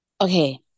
okay